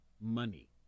money